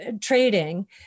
trading